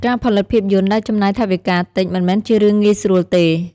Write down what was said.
ការផលិតភាពយន្តដែលចំណាយថវិកាតិចមិនមែនជារឿងងាយស្រួលទេ។